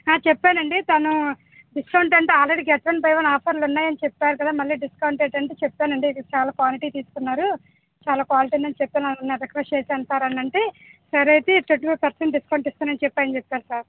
ఆ చెప్పాను అండి తనూ డిస్కౌంట్ అంటే already get one buy one ఆఫర్లు ఉన్నాయి అని చెప్పారు కదా మళ్ళీ డిస్కౌంట్ ఏంటి అంటే చెపాను అండి ఇది చాలా క్వాలిటీ తీసుకున్నారు చాలా క్వాలిటీ ఉంది అని చెప్పాను రిక్వెస్ట్ చేసాను సార్ అని అంటే సరే అయితే ట్వెంటీ ఫైవ్ పర్సెంట్ డిస్కౌంట్ ఇస్తాను అని చెప్పాను అని చెప్పారు సార్